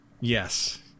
Yes